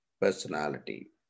personality